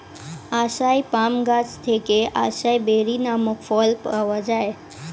আসাই palm গাছ থেকে acai berry নামক ফল পাওয়া যায়